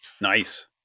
nice